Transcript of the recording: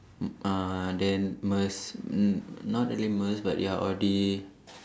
mm uh then Mers n~ not really Mers but ya Audi